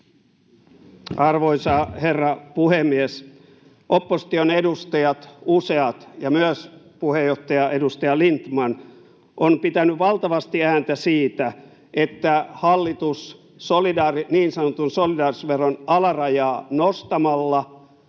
Arvoisa herra puhemies! Opposition edustajat, useat, ja myös puheenjohtaja, edustaja Lindtman on pitänyt valtavasti ääntä siitä, että hallitus niin sanotun solidaarisuusveron alarajaa nostamalla